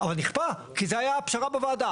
אבל נכפה, כי זו הייתה הפשרה בוועדה.